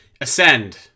Ascend